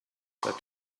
but